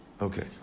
Okay